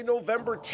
November